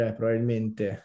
probabilmente